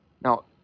Now